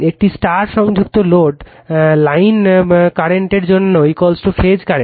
একটি স্টার সংযুক্ত load line বর্তমানের জন্য ফেজ কারেন্ট